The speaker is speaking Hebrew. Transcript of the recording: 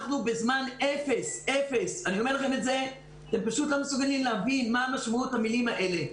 אנחנו בזמן אפס אתם פשוט לא מסוגלים להבין מה המשמעות של המילים האלה.